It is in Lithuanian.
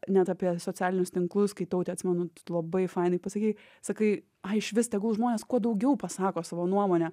net apie socialinius tinklus kai tautė atsimenu labai fainai pasakei sakai ai išvis tegul žmonės kuo daugiau pasako savo nuomonę